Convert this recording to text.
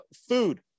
Food